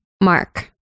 mark